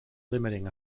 limiting